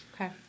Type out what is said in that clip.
Okay